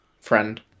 Friend